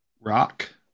Rock